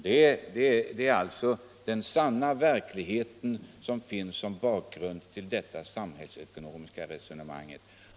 Det är alltså den sanna verklighet som finns som bakgrund till det samhällsekonomiska resonemanget.